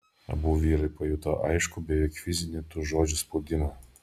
abu vyrai pajuto aiškų beveik fizinį tų žodžių spaudimą